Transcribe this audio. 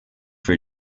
for